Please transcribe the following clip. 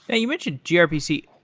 and you mentioned grpc.